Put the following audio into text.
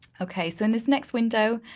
okay, so in this next window,